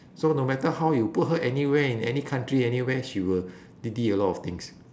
so no matter how you put her anywhere in any country anywhere she will didi a lot of things